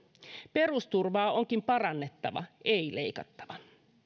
perusturvaa onkin parannettava ei leikattava